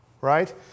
right